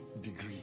degree